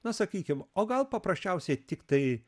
na sakykim o gal paprasčiausiai tiktai